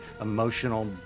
emotional